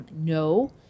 No